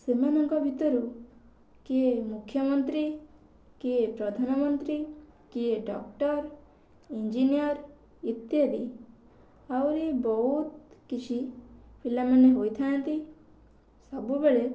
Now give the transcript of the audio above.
ସେମାନଙ୍କ ଭିତରୁ କିଏ ମୁଖ୍ୟମନ୍ତ୍ରୀ କିଏ ପ୍ରଧାନମନ୍ତ୍ରୀ କିଏ ଡକ୍ଟର୍ ଇଞ୍ଜିନିୟର୍ ଇତ୍ୟାଦି ଆହୁରି ବହୁତ୍ କିଛି ପିଲାମାନେ ହୋଇଥାନ୍ତି ସବୁବେଳେ